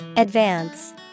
Advance